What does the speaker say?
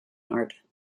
art